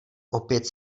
opět